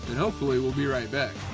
hopefully we'll be right back